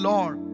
Lord